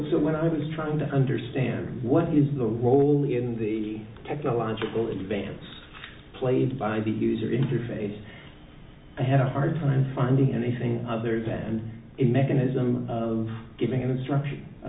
so when i was trying to understand what is the role in the technological advance played by the user interface i have a hard time finding anything other than a mechanism of giving an instruction a